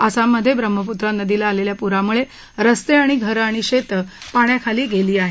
आसाममधे ब्रम्हपुत्रा नदीला आलेल्या पुरामुळे रस्ते घर आणि शेतं पाण्याखाली गेली आहेत